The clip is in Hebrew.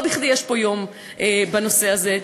לא בכדי יש פה יום בנושא הזה.